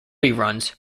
reruns